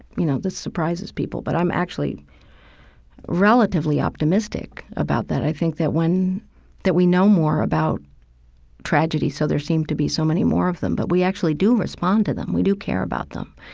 you know, this surprises people, but i'm actually relatively optimistic about that. i think when that we know more about tragedy so there seem to be so many more of them, but we actually do respond to them. we do care about them.